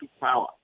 power